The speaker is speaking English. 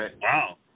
Wow